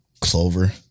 Clover